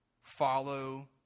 Follow